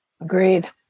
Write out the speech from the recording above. Agreed